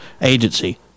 agency